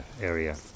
area